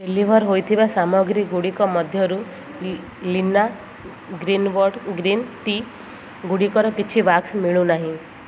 deliver ହୋଇଥିବା ସାମଗ୍ରୀଗୁଡ଼ିକ ମଧ୍ୟରୁ ଲାନା ଗ୍ରୀନ୍ବର୍ଡ଼୍ ଗ୍ରୀନ୍ ଟି ଗୁଡ଼ିକର କିଛି ବାକ୍ସ ମିଳୁନାହିଁ